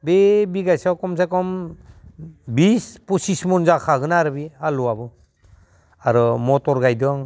बे बिगासेयाव खमसेखम बिस फसिस मन जाखागोन आरो बे आलुआबो आरो मथर गायदों